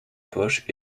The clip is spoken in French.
poche